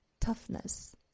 toughness